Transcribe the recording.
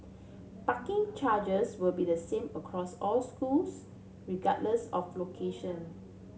parking charges will be the same across all schools regardless of location